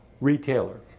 retailer